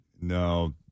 No